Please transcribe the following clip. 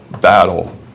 battle